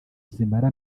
zimara